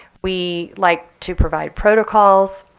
we like to provide protocols,